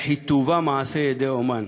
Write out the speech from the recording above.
הן בשפתה המופלאה ובחיטובה מעשה ידי אמן.